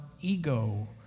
ego